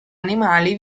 animali